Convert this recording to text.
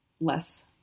less